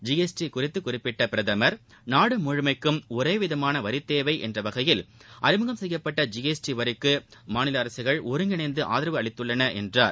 GST குறித்து குறிப்பிட்ட பிரதமர் நாடு முழுமைக்கும் ஒரே விதமான வரித்தேவை என்ற வகையில் அறிமுகம் செய்யப்பட்ட ஜிஎஸ்டி வரிக்கு மாநில அரசுகள் ஒருங்கிணைந்து ஆதரவு அளித்தன என்றார்